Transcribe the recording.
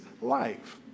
life